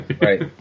Right